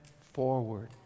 forward